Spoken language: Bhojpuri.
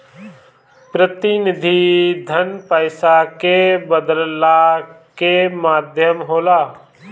प्रतिनिधि धन पईसा के बदलला के माध्यम होला